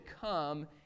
come